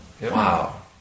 Wow